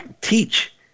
teach